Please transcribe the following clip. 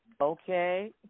Okay